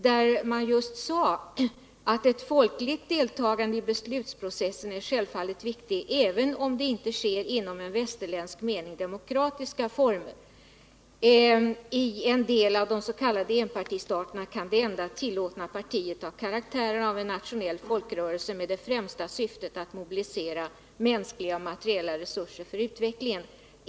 Utredningen sade: ”Ett folkligt deltagande i beslutsprocessen är självfallet viktigt även om det inte sker inom i västerländsk mening demokratiska former. I en del av de s.k. enpartistaterna kan det enda tillåtna partiet ha karaktären av en nationell folkrörelse med det främsta syftet att mobilisera mänskliga och materiella resurser för utvecklingen.